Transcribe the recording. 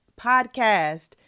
Podcast